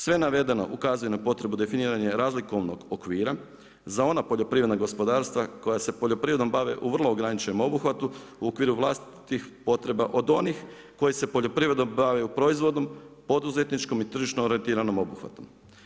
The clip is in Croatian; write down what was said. Sve navedeno ukazuje na potrebu definiranje razlikovnog okvira za ona poljoprivredna gospodarstva, koja se poljoprivredom bave u vrlo ograničenom obuhvatom u okviru vlastitih potreba od onih koji se poljoprivredom bave proizvodom, poduzetničkom i tržišno orijentirano obuhvatom.